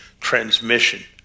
transmission